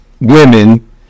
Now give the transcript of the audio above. women